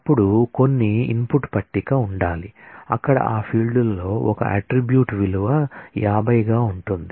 అప్పుడు కొన్ని input table ఉండాలి అక్కడ ఆ ఫీల్డ్లో ఒక అట్ట్రిబ్యూట్ విలువ 50 గా ఉంటుంది